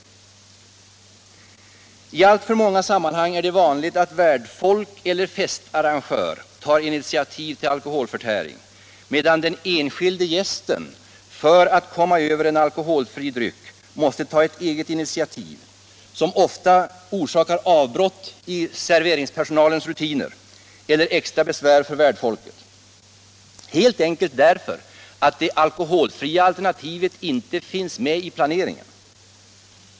89 I alltför många sammanhang är det vanligt att värdfolk eller festarrangör tar initiativ till alkoholförtäring, medan den enskilde gästen för att komma över en alkoholfri dryck måste ta ett eget initiativ som ofta orsakar avbrott i serveringspersonalens rutiner eller extra besvär för värdfolket helt enkelt därför att det alkoholfria alternativet inte finns med i planeringen.